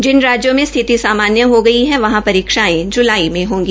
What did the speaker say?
जिन राज्यों में स्थिति सामान्य हो गई है वहां परीक्षायें जुलाई में होगी